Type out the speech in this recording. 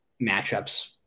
matchups